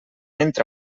entra